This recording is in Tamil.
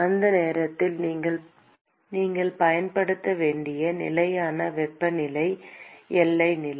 அந்த நேரத்தில் நீங்கள் பயன்படுத்த வேண்டியது நிலையான வெப்பநிலை எல்லை நிலை